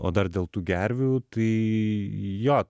o dar dėl tų gervių tai jo